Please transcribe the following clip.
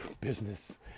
business